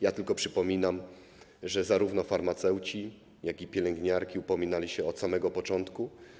Ja tylko przypominam, że zarówno farmaceuci, jak i pielęgniarki upominali się o to od samego początku.